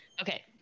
okay